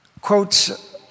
quotes